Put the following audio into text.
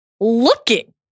looking